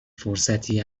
فرصتی